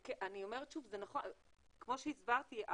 ואני אומרת שוב, כמו שהסברתי,